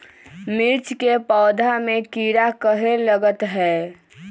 मिर्च के पौधा में किरा कहे लगतहै?